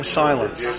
silence